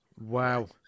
Wow